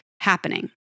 happening